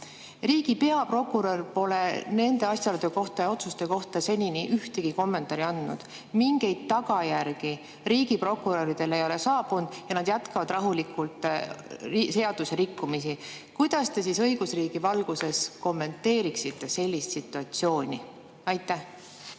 Riigi peaprokurör pole nende asjaolude ja otsuste kohta senini ühtegi kommentaari andnud. Mingeid tagajärgi riigiprokuröridele ei ole saabunud ja nad jätkavad rahulikult seaduserikkumisi. Kuidas te õigusriigi valguses kommenteeriksite sellist situatsiooni? Tänan,